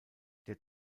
der